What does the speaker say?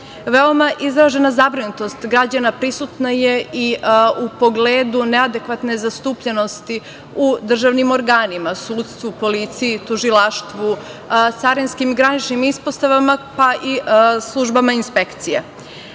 izražena zabrinutost građana prisutna je i u pogledu neadekvatne zastupljenosti u državnim organima, sudstvu, policiji, tužilaštvu, carinskim i graničnim ispostavama, pa i službama inspekcija.